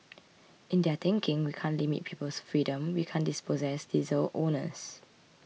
in their thinking we can't limit people's freedom we can't dispossess diesel owners